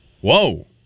Whoa